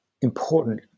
important